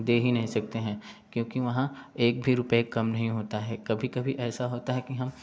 दे ही नहीं सकते हैं क्योंकि वहाँ एक भी रूपए कम नहीं होता है कभी कभी ऐसा होता है कि हम